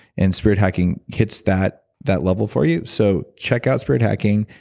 and spirit hacking hits that that level for you. so check out spirit hacking,